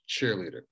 cheerleader